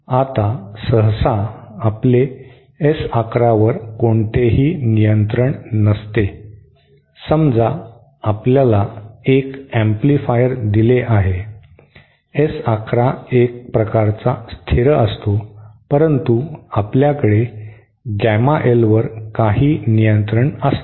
आता सहसा आपले S 1 1 वर कोणतेही नियंत्रण नसते समजा आपल्याला एक एम्पलीफायर दिले आहे S 1 1 एक प्रकारचा स्थिर असतो परंतु आपल्याकडे गॅमा 1 वर काही नियंत्रण असते